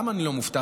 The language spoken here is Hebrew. למה אני לא מופתע?